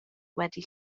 wedi